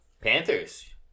Panthers